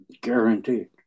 Guaranteed